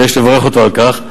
ויש לברך אותו על כך,